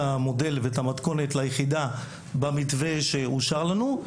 המודל והמתכונת ליחידה במתווה שאושר לנו.